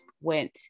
went